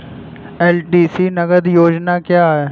LTC नगद योजना क्या है?